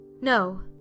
No